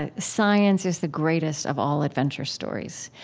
ah science is the greatest of all adventure stories.